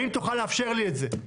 האם תוכל לאפשר לי את זה?